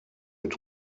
mit